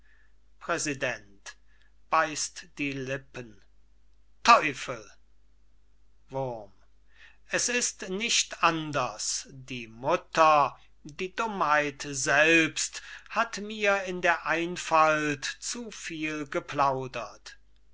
lippen teufel wurm es ist nicht anders die mutter die dummheit selbst hat mir in der einfalt zu viel geplaudert